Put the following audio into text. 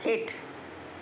हेठि